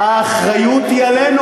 מעניין מה אומר, האחריות היא עלינו.